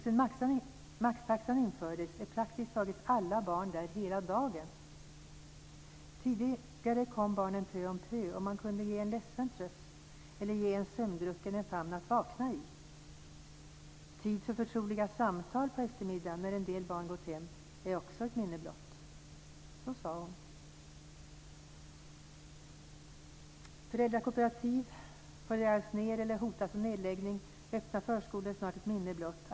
Sedan maxtaxan infördes är praktiskt taget alla barn där hela dagen. Tidigare kom barnen pö om pö, och man kunde ge en ledsen tröst eller en sömndrucken en famn att vakna i. Tid för förtroliga samtal på eftermiddagen när en del barn gått hem är också ett minne blott. Så sade hon. Föräldrakooperativ läggs ned eller hotas av nedläggning. Öppna förskolor är snart ett minne blott.